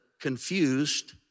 confused